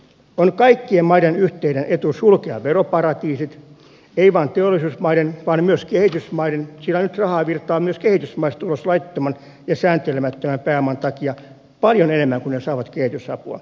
on kaikkien maiden yhteinen etu sulkea veroparatiisit ei vain teollisuusmaiden vaan myös kehitysmaiden sillä nyt rahaa virtaa myös kehitysmaista ulos laittoman ja sääntelemättömän pääoman takia paljon enemmän kuin ne saavat kehitysapua